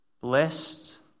Blessed